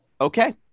Okay